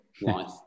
life